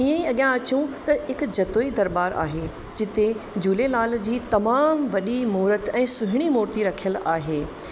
ईअं ई अॻियां अचूं त हिकु जतोई दरबारु आहे जिते झूलेलाल जी तमामु वॾी मुरत ऐं सुहिणी मुर्ती रखियलु आहे